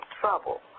trouble